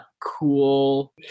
cool